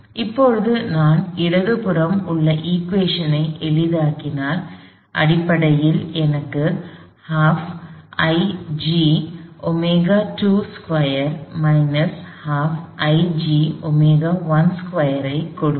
இப்போது நான் இடது புறம்உள்ள சமன்பாட்டை எளிதாக்கினால் அடிப்படையில் எனக்குக் ஐ கொடுக்கும்